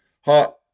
hot